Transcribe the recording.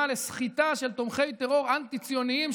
לסחיטה של תומכי טרור אנטי-ציוניים,